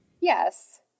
Yes